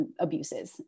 abuses